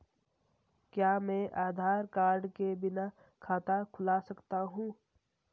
क्या मैं आधार कार्ड के बिना खाता खुला सकता हूं?